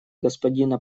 господина